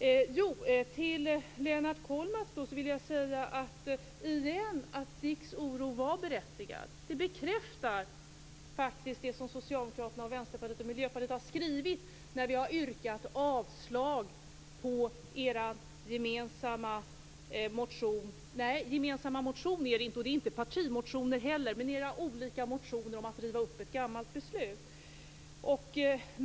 Till Lennart Kollmats vill jag återigen säga att DIK:s oro var berättigad. Det bekräftar faktiskt det som Socialdemokraterna, Vänsterpartiet och Miljöpartiet har skrivit när vi har yrkat avslag på era gemensamma motioner - nej gemensamma motioner är det inte och inte partimotioner heller, men era olika motioner om att riva upp ett gammal beslut.